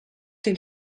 den